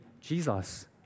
Jesus